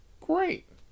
Great